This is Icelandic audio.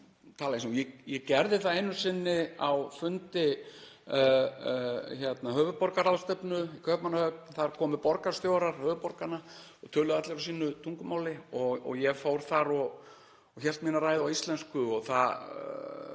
Ég gerði það einu sinni á fundi, á höfuðborgaráðstefnu í Kaupmannahöfn. Þar komu borgarstjórar höfuðborganna töluðu allir á sínu tungumáli og ég fór þar upp og hélt mína ræðu á íslensku og það